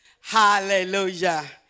Hallelujah